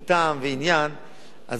אז ודאי שזה לא שייך.